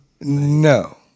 No